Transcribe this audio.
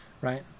right